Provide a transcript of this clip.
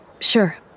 Sure